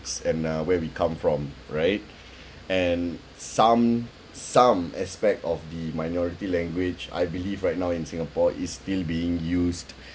and uh where we come from right and some some aspect of the minority language I believe right now in singapore is still being used